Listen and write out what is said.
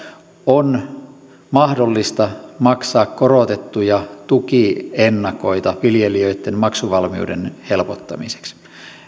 on mahdollista maksaa korotettuja tukiennakoita viljelijöitten maksuvalmiuden helpottamiseksi